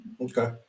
okay